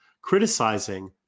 criticizing